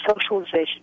socialization